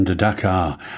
Dakar